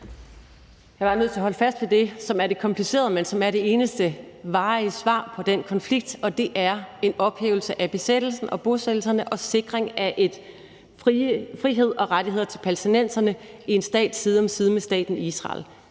er bare nødt til at holde fast i det, som er det komplicerede svar, men som er det eneste varige svar på den konflikt, og det er en ophævelse af besættelsen og af bosættelserne og en sikring af frihed og rettigheder til palæstinenserne i en stat side om side med staten Israel.